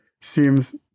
seems